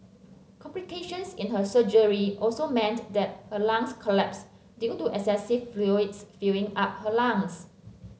complications in her surgery also meant that her lungs collapsed due to excessive fluids filling up her lungs